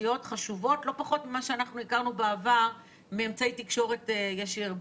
החברתיות חשובים לא פחות ממה שאנחנו הכרנו בעבר עם אמצעי תקשורת ישיר,